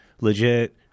legit